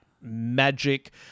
Magic